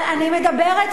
מה סכומים גבוהים?